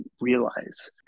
realize